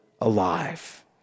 alive